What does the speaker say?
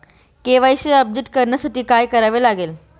KYC update करण्यासाठी काय करावे लागेल?